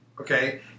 Okay